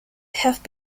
have